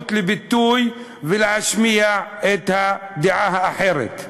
אפשרות להתבטא ולהשמיע את הדעה האחרת.